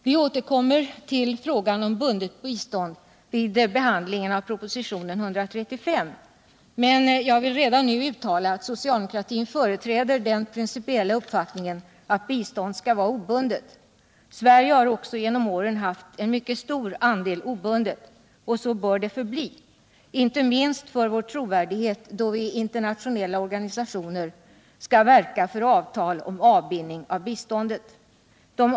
Vi återkommer till frågan om bundet bistånd vid behandlingen av propositionen 135. Men jag vill redan nu uttala att socialdemokraterna företräder den principiella uppfattningen att biståndet skall vara obundet. Vi har också genom åren haft en mycket stor andel obundet bistånd, och så bör det förbli — inte minst för vår trovärdighet då vi i internationella organisationer skall verka för avtal om avbindning av biståndet.